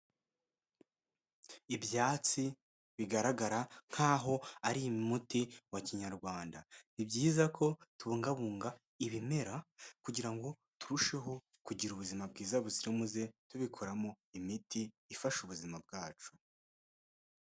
Ibyatsi bigaragara nk'aho ari umuti wa kinyarwanda. Ni byiza ko tubungabunga ibimera kugira ngo turusheho kugira ubuzima bwiza buzira umuze, tubikoramo imiti ifasha ubuzima bwacu.